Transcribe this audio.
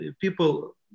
people